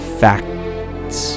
facts